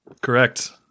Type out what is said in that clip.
Correct